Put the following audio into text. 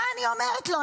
מה אני אומרת לו,